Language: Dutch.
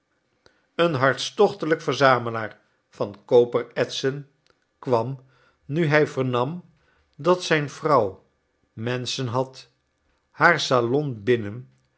een hartstochtelijk verzamelaar van koperetsen kwam nu hij vernam dat zijn vrouw menschen had haar salon binnen